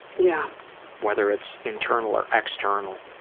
yeah whether it's internal or external.